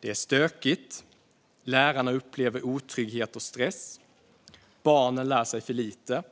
Det är stökigt. Lärarna upplever otrygghet och stress. Barnen lär sig för lite.